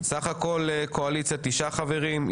סך הכול קואליציה תשעה חברים.